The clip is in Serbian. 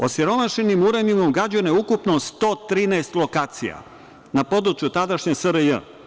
Osiromašenim uranijom gađano je ukupno 113 lokacija na području tadašnje SRJ.